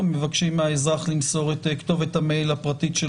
או מבקשים מהאזרח למסור את כתובת המייל הפרטית שלו?